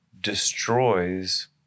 destroys